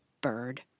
bird